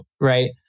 Right